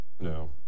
No